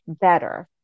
better